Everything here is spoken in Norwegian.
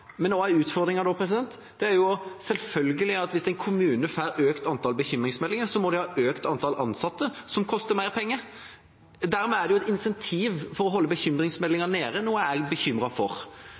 er utfordringen? Det er selvfølgelig at hvis en kommune får et økt antall bekymringsmeldinger, må de ha et økt antall ansatte, noe som koster mer penger. Dermed er det et incentiv til å holde antall bekymringsmeldinger nede, noe jeg er bekymret for.